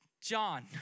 John